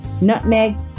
nutmeg